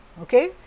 okay